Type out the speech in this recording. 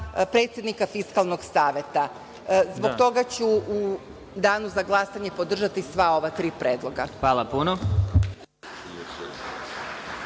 predsednika Fiskalnog saveta. Zbog toga ću u danu za glasanje podržati sva ova tri predloga. **Vladimir